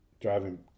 driving